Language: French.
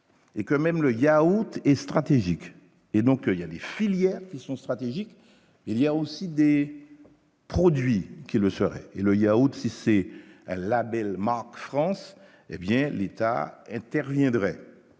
et quand même le yaourt et stratégique et donc il y a des filières qui sont stratégiques, il y a aussi des produits qui le serait-il il y a aussi, c'est la belle marque France hé bien l'État interviendrait